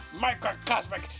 microcosmic